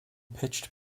pitched